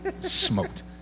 Smoked